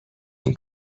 این